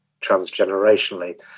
transgenerationally